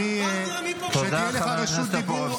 ואז נראה מי פופוליסט ומי מבלבל בשכל.